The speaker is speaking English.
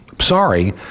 Sorry